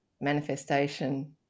manifestation